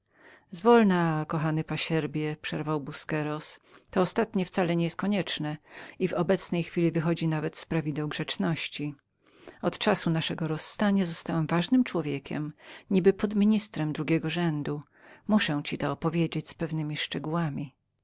zwolna kochany pasierbie przerwał busqueros ta ofiara kijów wcale nie jest obowiązującą zwłaszcza w obecnej chwili wychodzi nawet z prawideł grzeczności od czasu naszego rozstania zostałem ważnym człowiekiem niby podministrem drugiego rzędu muszę ci to opowiedzieć z pewnemi szczegółami